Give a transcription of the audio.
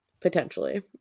potentially